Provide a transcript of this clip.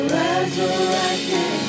resurrected